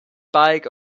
bike